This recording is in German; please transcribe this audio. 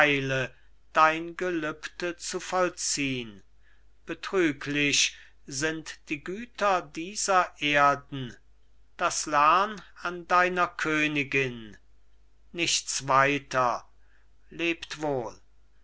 dein gelübde zu vollziehn betrüglich sind die güter dieser erden das lern an deiner königin nichts weiter lebt wohl